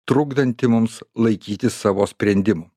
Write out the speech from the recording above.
trukdanti mums laikytis savo sprendimų